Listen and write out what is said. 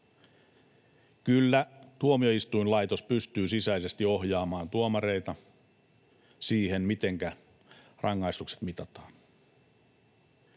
Kyllä tuomioistuinlaitos pystyy sisäisesti ohjaamaan tuomareita siihen, mitenkä rangaistukset mitataan,